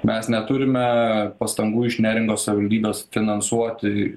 mes neturime pastangų iš neringos savivaldybės finansuoti